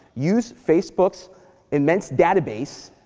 use facebook's immense database